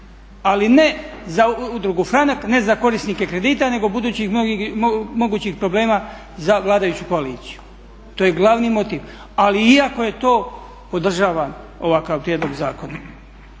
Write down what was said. ne za korisnike kredita nego budućih mogućih problema za vladajuću koaliciju. To je glavni motiv. Ali iako je to, podržavam ovakav prijedlog zakona.